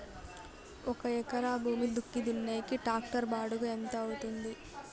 ఒక ఎకరా భూమి దుక్కి దున్నేకి టాక్టర్ బాడుగ ఎంత అవుతుంది?